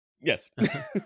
Yes